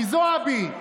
מזועבי,